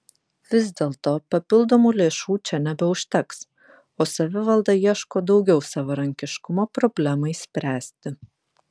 vis dėlto papildomų lėšų čia nebeužteks o savivalda ieško daugiau savarankiškumo problemai spręsti